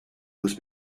was